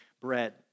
Bread